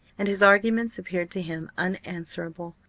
and his arguments appeared to him unanswerable.